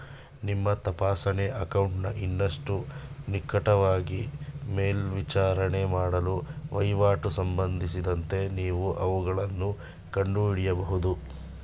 ನಿಮ್ಮ ತಪಾಸಣೆ ಅಕೌಂಟನ್ನ ಇನ್ನಷ್ಟು ನಿಕಟವಾಗಿ ಮೇಲ್ವಿಚಾರಣೆ ಮಾಡಲು ವಹಿವಾಟು ಸಂಬಂಧಿಸಿದಂತೆ ನೀವು ಅವುಗಳನ್ನ ಕಂಡುಹಿಡಿಯಬಹುದು